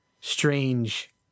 strange